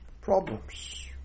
problems